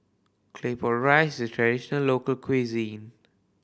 Claypot Rice is a traditional local cuisine